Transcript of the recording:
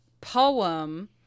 poem